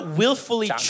willfully